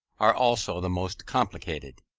are also the most complicated,